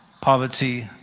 poverty